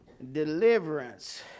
Deliverance